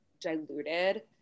diluted